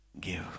give